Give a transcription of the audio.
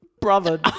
Brother